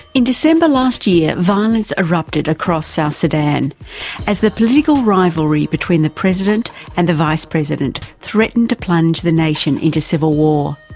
in december last year violence erupted across south sudan as the political rivalry between the president and the vice-president threatened to plunge the nation into civil war.